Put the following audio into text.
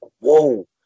whoa